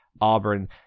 auburn